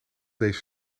deze